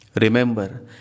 Remember